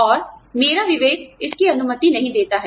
और मेरा विवेक इसकी अनुमति नहीं देता है